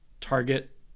target